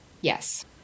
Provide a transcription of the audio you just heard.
Yes